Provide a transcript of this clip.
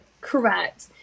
Correct